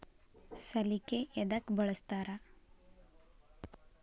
ಸಲಿಕೆ ಯದಕ್ ಬಳಸ್ತಾರ?